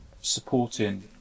supporting